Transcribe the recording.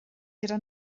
gyda